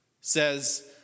says